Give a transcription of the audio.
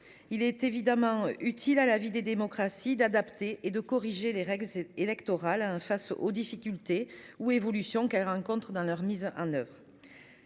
Il est évidemment utile à la vie des démocraties d'adapter et de corriger les règles électorales à 1 face aux difficultés ou évolution qu'elles rencontrent dans leur mise en oeuvre.